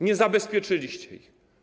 Nie zabezpieczyliście ich.